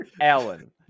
alan